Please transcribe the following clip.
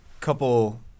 couple